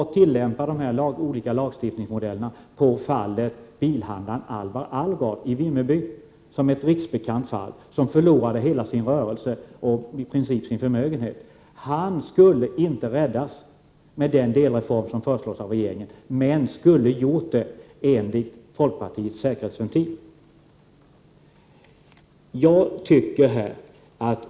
Om de olika lagstiftningsmodellerna tillämpas på fallet med bilhandlaren Alvar Alvgard i Vimmerby, som är ett riksbekant fall, som förlorade hela sin rörelse och i princip sin förmögenhet, framgår det direkt att han inte skulle ha räddats med den delreform som föreslås av regeringen, däremot genom folkpartiets säkerhetsventil.